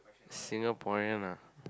Singaporean